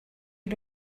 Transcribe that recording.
you